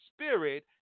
spirit